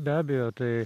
be abejo tai